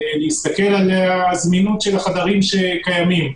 להסתכל על זמינות החדרים שקיימים.